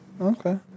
Okay